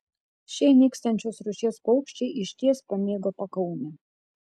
šie nykstančios rūšies paukščiai išties pamėgo pakaunę